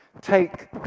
take